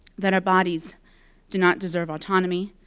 that our bodies do not deserve autonomy.